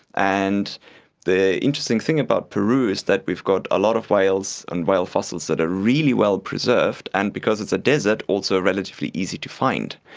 and the interesting thing about peru is that we've got a lot of whales and whale fossils that are really well preserved and, because it's a desert, also relatively easy to find.